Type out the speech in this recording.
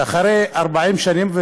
ואחרי 40 שנים,